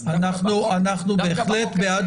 אז דווקא בחוק הזה --- אנחנו בהחלט בעד